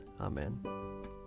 Amen